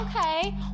Okay